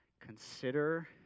consider